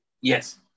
Yes